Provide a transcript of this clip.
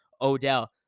Odell